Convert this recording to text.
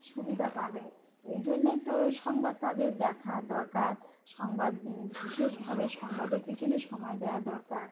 সুবিধা পাবে এই জন্যেই তো সংবাদ তাদের দেখা দরকার সংবাদ বিশেষভাবে সংবাদের পিছনেই সময় দেওয়া দরকার